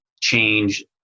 change